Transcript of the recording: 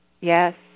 Yes